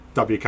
WK